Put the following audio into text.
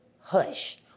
hush